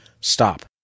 stop